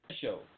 show